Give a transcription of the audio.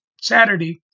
saturday